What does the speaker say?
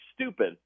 stupid